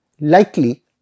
Likely